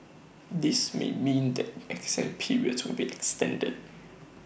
this may mean that exam periods will be extended